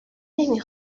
نمی